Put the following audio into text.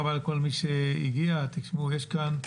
לצערנו גם.